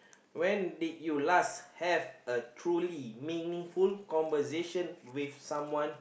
when did you last have a truly meaningful conversation with someone